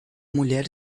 mulher